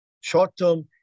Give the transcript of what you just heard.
short-term